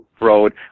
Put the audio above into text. road